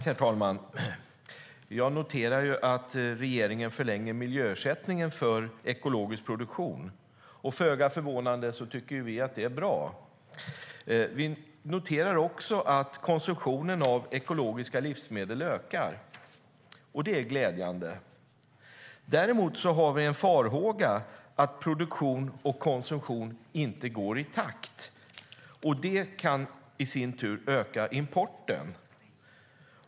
Herr talman! Jag noterar att regeringen förlänger miljöersättningen för ekologisk produktion. Föga förvånande tycker vi att det är bra. Vi noterar också att konsumtionen av ekologiska livsmedel ökar, och det är glädjande. Däremot har vi en farhåga om att produktion och konsumtion inte går i takt. Det kan i sin tur öka importen.